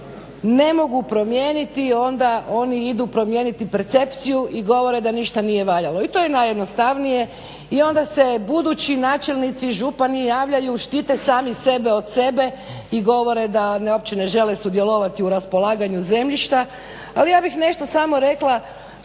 ne mogu promijeniti onda oni idu promijeniti percepciju i govore da ništa nije valjalo i to je najjednostavnije, i onda se budući načelnici, župani javljaju, štite sami sebe od sebe i govore da uopće ne žele sudjelovati u raspolaganju zemljišta. Ali ja bih nešto samo rekla